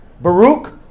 Baruch